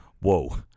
Whoa